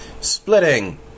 Splitting